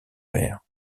père